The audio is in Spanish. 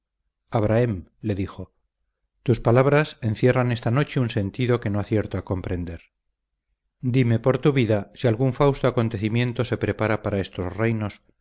abrahem le dijo tus palabras encierran esta noche un sentido que no acierto a comprender dime por tu vida si algún fausto acontecimiento se prepara para estos reinos